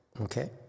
okay